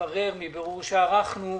מברור שערכנו,